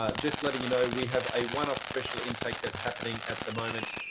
ah just letting you know, we have a one off special intake that's happening at the moment.